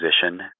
position